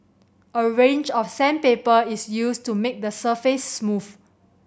a range of sandpaper is used to make the surface smooth